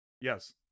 yes